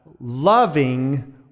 loving